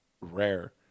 rare